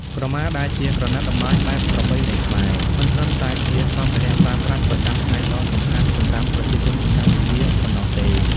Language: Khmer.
ក្រមាដែលជាក្រណាត់តម្បាញបែបប្រពៃណីខ្មែរ មិនត្រឹមតែជាសម្ភារៈប្រើប្រាស់ប្រចាំថ្ងៃដ៏សំខាន់សម្រាប់ប្រជាជនកម្ពុជាប៉ុណ្ណោះទេ។